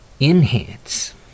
enhance